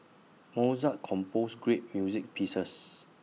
Mozart composed great music pieces